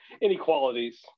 inequalities